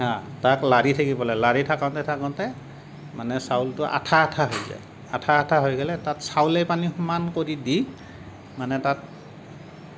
হা তাক লাৰি থাকিব লাগে লাৰি থাকোঁতে থাকোঁতে মানে চাউলটো আঠা আঠা হৈ যায় আঠা আঠা হৈ গ'লে তাত চাউলে পানী সমান কৰি দি মানে তাত